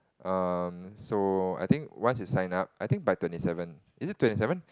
um so I think once you sign up I think by twenty seven is it twenty seven